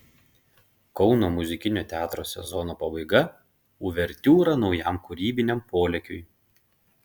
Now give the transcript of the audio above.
kauno muzikinio teatro sezono pabaiga uvertiūra naujam kūrybiniam polėkiui